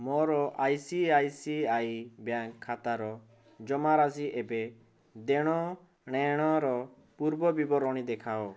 ମୋର I C I C I bank ଖାତାର ଜମାରାଶି ଏବେ ଦେଣନେଣର ପୂର୍ବ ବିବରଣୀ ଦେଖାଅ